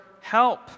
help